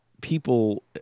people